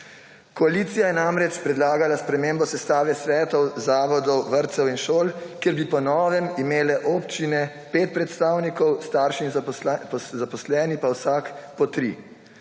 Koalicija je namreč predlagala spremembo sestave svetov, zavodov, vrtcev in šol, kjer bi po novem imele občine 5 predstavnikov, starši in zaposleni pa vsak po tri.